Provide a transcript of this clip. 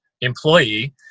employee